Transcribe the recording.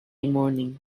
morning